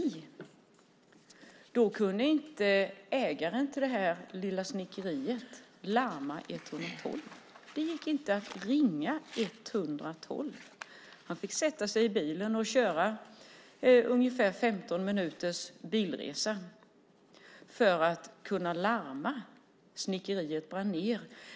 Då kunde inte ägaren till det här lilla snickeriet ringa 112. Det gick inte att ringa 112. Han fick sätta sig i bilen och köra i ungefär 15 minuter för att kunna larma. Snickeriet brann ned.